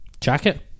jacket